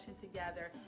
together